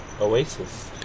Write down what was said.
oasis